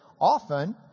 often